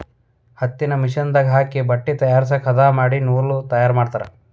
ಹತ್ತಿನ ಮಿಷನ್ ದಾಗ ಹಾಕಿ ಬಟ್ಟೆ ತಯಾರಸಾಕ ಹದಾ ಮಾಡಿ ನೂಲ ತಯಾರ ಮಾಡ್ತಾರ